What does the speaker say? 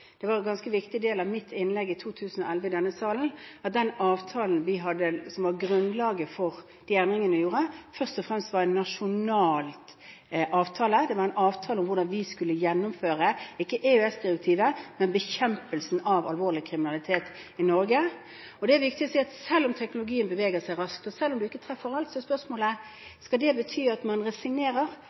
Det var en ganske viktig del av mitt innlegg i 2011 i denne salen at den avtalen vi hadde, som var grunnlaget for de endringene vi gjorde, først og fremst var en nasjonal avtale. Det var en avtale om hvordan vi skulle gjennomføre bekjempelsen av alvorlig kriminalitet i Norge – ikke EØS-direktivet. Det er viktig å si at selv om teknologien beveger seg raskt, og selv om man ikke treffer alt, er spørsmålet: Skal det bety at man resignerer,